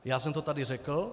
Já jsem to tady řekl.